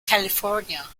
california